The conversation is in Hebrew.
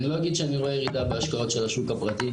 אני לא אגיד שאני רואה ירידה בהשקעות של השוק הפרטי,